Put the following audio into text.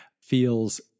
feels